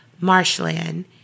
marshland